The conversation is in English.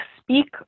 speak